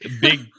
big